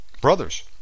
brothers